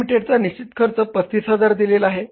Ltd चा निश्चित खर्च 35000 दिलेला आहे